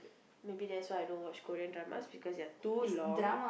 maybe that's why I don't watch Korean dramas because they are too long